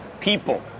people